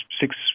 six